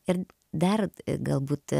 ir dar galbūt